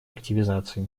активизации